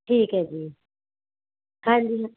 ਠੀਕ ਹੈ ਜੀ ਹਾਂਜੀ